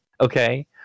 Okay